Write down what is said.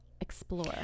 Explore